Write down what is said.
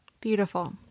beautiful